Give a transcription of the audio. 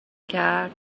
کرد